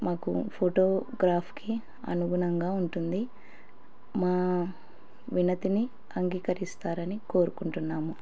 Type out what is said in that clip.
మాకు ఫోటోగ్రాఫ్కి అనుగుణంగా ఉంటుంది మా విన్నతిని అంగీకరిస్తారని కోరుకుంటున్నాము